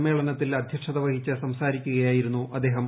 സമ്മേളനത്തിൽ അധ്യക്ഷത വഹിച്ച് സംസാരിക്കുകയായിരുന്നു അദ്ദേഹം